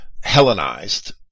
Hellenized